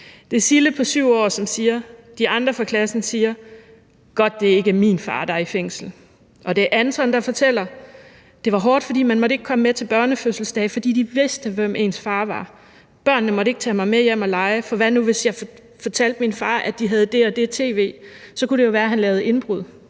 Det er Sille på 7 år, som siger: »De andre fra klassen siger: Godt det ikke er min far, der er i fængsel.« Og det er Anton, der fortæller: »Det var hårdt, fordi man ikke måtte komme med til børnefødselsdage, fordi de vidste, hvem ens far var. Børnene måtte ikke tage mig med hjem og lege, fordi hvad nu hvis jeg fortalte min far, at de havde det og det tv, så kunne det jo være, han lavede indbrud.«